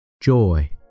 joy